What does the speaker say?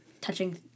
touching